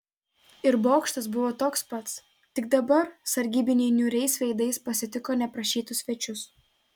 ir bokštas buvo toks pats tik dabar sargybiniai niūriais veidais pasitiko neprašytus svečius